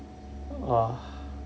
!wah!